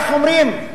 איך אומרים,